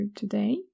today